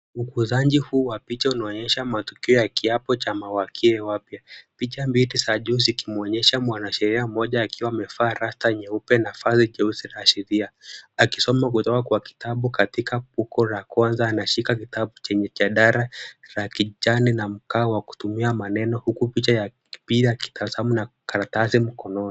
Ukuzaji huu wa picha unaonyesha matukio ya kiapo cha mawakili wapya. Picha mbili za juu zikimwonyesha mwanasheria mmoja akiwa amevalia rasta nyeupe na vazi jeusi la sheria, akisoma kutoka kwa kitabu katika ukurasa la kwanza. Anashika kitabu chenye jadala la kijani na mkao wa kutumia maneno, huku picha ya pili akitabasamu na karatasi mkononi.